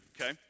okay